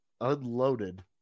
unloaded